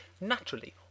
Naturally